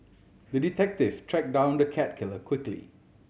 the detective tracked down the cat killer quickly